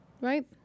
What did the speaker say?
Right